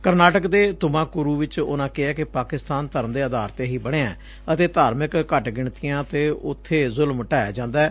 ਕਰਨਾਟਕ ਦੇ ਤੁਮੱਕੁਰੁ ਵਿਚ ਉਨਾਂ ਕਿਹੈ ਕਿ ਪਾਕਿਸਤਾਨ ਧਰਮ ਦੇ ਆਧਾਰ ਤੇ ਹੀ ਬਣਿਐ ਅਤੇ ਧਾਰਮਿਕ ਘੱਟ ਗਿਣਤੀਆ ਤੇ ਉਬੇ ਜੂਲਮ ਢਾਹਿਆ ਜਾਂਦੈ